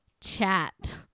Chat